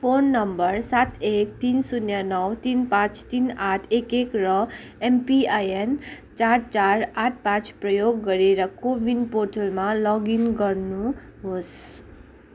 phone number सात एक तिन शून्य नौ तिन पाँच तिन आठ एक एक र एमपिआइएन चार चार आठ पाँच प्रयोग गरेर को विन पोर्टलमा लगइन गर्नुहोस्